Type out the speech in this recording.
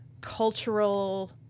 cultural